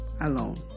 alone